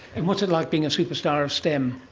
and what's it like being a superstar of stem?